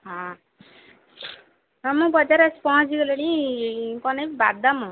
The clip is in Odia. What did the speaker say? ହଁ ହଁ ମୁଁ ବଜାର ଆସି ପହଞ୍ଚିଗଲିଣି କ'ଣ ନେବି ବାଦାମ୍